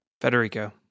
Federico